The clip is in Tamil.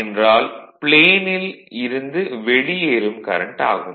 என்றால் ப்ளேனில் இருந்து வெளியேறும் கரண்ட் ஆகும்